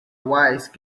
wise